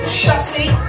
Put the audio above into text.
chassis